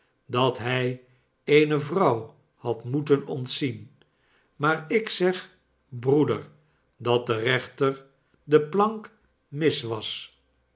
dat hij eene vrouw had moeten ontzien maar ik zer broeder dat de rechter de plank mis was